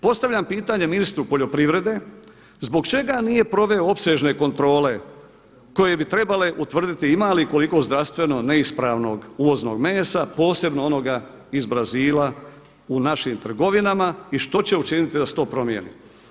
Postavljam pitanje ministru poljoprivrede zbog čega nije proveo opsežne kontrole koje bi trebale utvrditi ima li i koliko zdravstveno neispravnog uvoznog mesa posebno onoga iz Brazila u našim trgovinama i što će učiniti da se to promijeni?